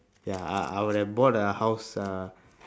ya I I would have bought a house uh